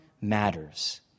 matters